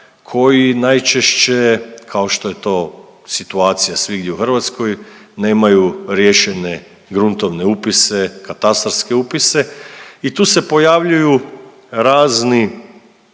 koji najčešće, kao što je to situacija svigdje u Hrvatskoj, nemaju riješene gruntovne upise, katastarske upise i tu se pojavljuju razni